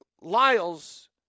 Lyles